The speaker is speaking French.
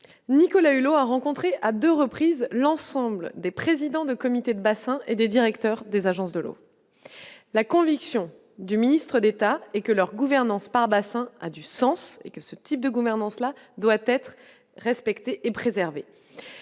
Nicolas Hulot a rencontré à 2 reprises l'ensemble des présidents de comités de bassins et des directeurs des agences de l'eau, la conviction du ministre d'État et que leur gouvernance par bassin a du sens et que ce type de gouvernance là doit être respecté et préservé